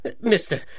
Mister